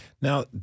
Now